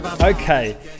Okay